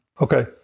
Okay